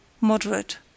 moderate